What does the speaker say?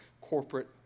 corporate